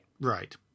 Right